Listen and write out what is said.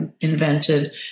invented